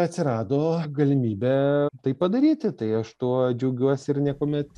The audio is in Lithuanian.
atsirado galimybė tai padaryti tai aš tuo džiaugiuosi ir niekuomet